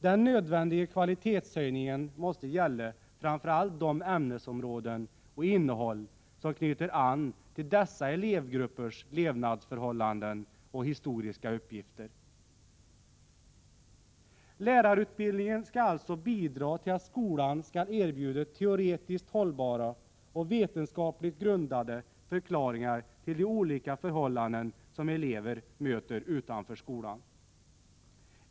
Den nödvändiga kvalitetshöjningen måste gälla framför allt de ämnesområden och det innehåll som knyter an till dessa elevgruppers levnadsförhållanden och historiska uppgifter. Lärarutbildningen skall alltså bidra till att skolan erbjuder teoretiskt hållbara och vetenskapligt grundade förklaringar till de olika förhållanden som elever möter utanför skolan.